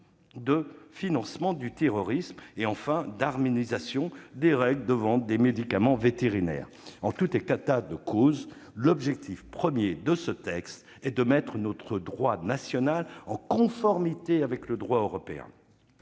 de financement du terrorisme et d'harmonisation des règles de vente des médicaments vétérinaires. En tout état de cause, l'objectif premier du projet de loi est de mettre notre droit national en conformité avec le droit européen.